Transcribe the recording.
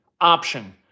option